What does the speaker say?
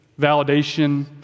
validation